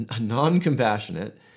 non-compassionate